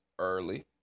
early